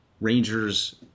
Rangers